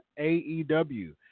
AEW